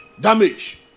Damage